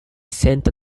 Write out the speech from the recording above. sent